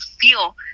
feel